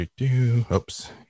Oops